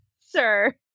sir